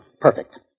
Perfect